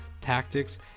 tactics